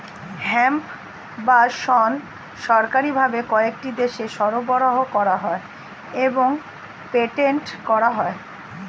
hemp বা শণ সরকারি ভাবে কয়েকটি দেশে সরবরাহ করা হয় এবং পেটেন্ট করা হয়